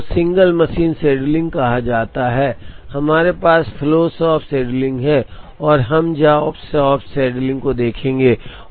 एक को single machine scheduling कहा जाता है हमारे पास फ्लो शॉप शेड्यूलिंग है और हम जॉब शॉप शेड्यूलिंग देखेंगे